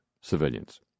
civilians